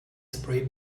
spray